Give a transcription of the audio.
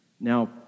Now